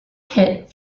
hit